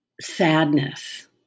sadness